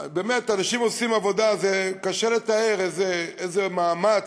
באמת, אנשים עושים עבודה, וקשה לתאר איזה מאמץ,